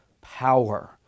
power